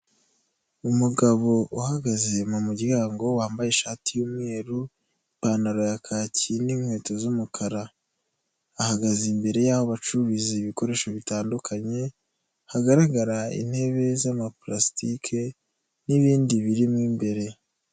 Umugabo uhagaze mu muryango wambaye ishati y'umweru, ipantaro ya kaki n'inkweto z'umukara, ahagaze imbere y'aho bacuruza ibikoresho bitandukanye, hagaragara intebe z'ama pulasitike n'ibindi birimo imbere.